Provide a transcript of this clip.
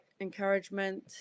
encouragement